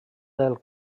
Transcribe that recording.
del